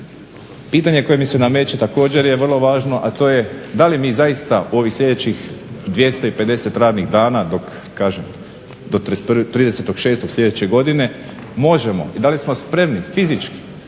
Pitanje koje mi se nameče, također je vrlo važno, a to je da li mi zaista u ovih sljedećih 250 radnih dana, dok do 30.06. sljedeće godine možemo i da li smo spremni fizički